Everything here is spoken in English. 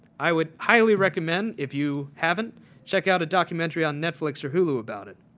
i would highly recommend if you haven't check out a documentary on netflix or hulu about it.